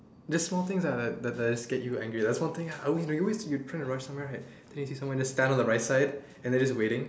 this small things lah like like like like just get you angry like small thing ah when you're trying to rush somewhere right then you see someone just stand at the right side and just waiting